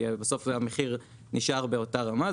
כי בסוף המחיר נשאר באותה רמה.